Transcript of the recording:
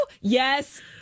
Yes